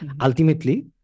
Ultimately